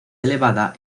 elevada